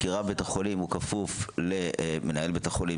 כי רב בית החולים כפוף למנהל בית החולים.